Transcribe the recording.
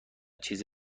چیز